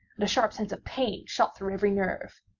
and a sharp sense of pain shot through every nerve.